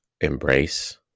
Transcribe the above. embrace